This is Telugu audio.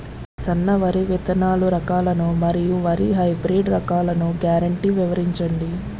సన్న వరి విత్తనాలు రకాలను మరియు వరి హైబ్రిడ్ రకాలను గ్యారంటీ వివరించండి?